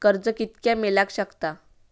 कर्ज कितक्या मेलाक शकता?